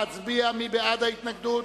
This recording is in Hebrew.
נא להצביע, מי בעד ההתנגדות?